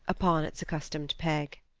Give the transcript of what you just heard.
upon its accustomed peg.